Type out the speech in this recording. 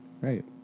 Right